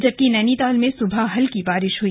जबकि नैनीताल में सुबह हल्की बारिश हुई